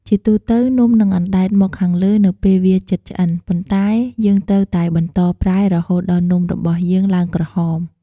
ជាទូទៅ នំនឹងអណ្តែតមកខាងលើនៅពេលវាជិតឆ្អិន ប៉ុន្តែយើងត្រូវតែបន្តប្រែរហូតដល់នំរបស់យើងឡើងក្រហម។